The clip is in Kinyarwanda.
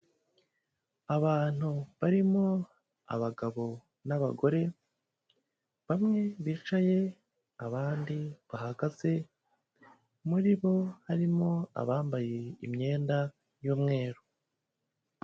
Abantu barimo abagabo n'abagore bamwe bicaye, abandi bahagaze muri bo harimo abambaye imyenda y'umweru.